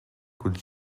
could